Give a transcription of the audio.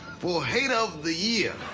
for hater of the year.